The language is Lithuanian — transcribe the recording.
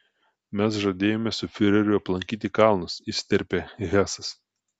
mes žadėjome su fiureriu aplankyti kalnus įsiterpė hesas